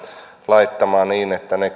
laittamaan niin että